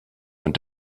went